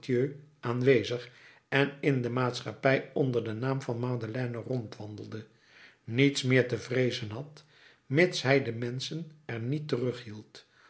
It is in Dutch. aanwezig en in de maatschappij onder den naam van madeleine rond wandelende niets meer te vreezen had mits hij de menschen er niet